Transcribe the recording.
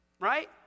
right